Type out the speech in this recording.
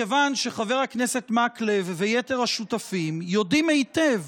מכיוון שחבר הכנסת מקלב ויתר השותפים יודעים היטב